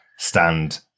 stand